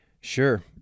Sure